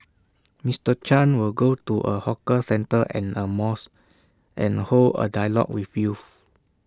Mister chan will go to A hawker centre and A mosque and hold A dialogue with youth